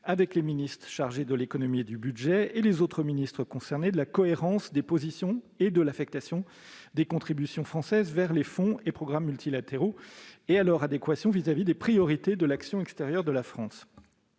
avec les ministres chargés de l'économie et du budget et les autres ministres concernés, à la cohérence des positions et de l'affectation des contributions françaises vers les fonds et programmes multilatéraux, et à leur adéquation vis-à-vis des priorités de l'action extérieure de la France